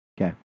Okay